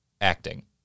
acting